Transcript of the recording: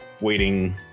waiting